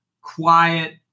quiet